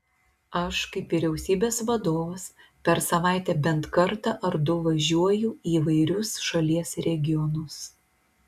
aš kaip vyriausybės vadovas per savaitę bent kartą ar du važiuoju į įvairius šalies regionus